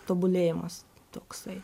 tobulėjimas toksai